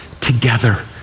together